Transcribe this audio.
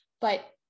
but-